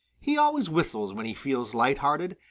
he always whistles when he feels light-hearted,